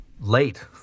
Late